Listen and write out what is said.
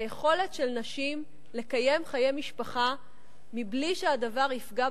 זה היכולת של נשים לקיים חיי משפחה מבלי שהדבר יפגע